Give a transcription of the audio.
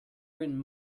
written